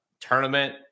tournament